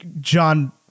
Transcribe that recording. John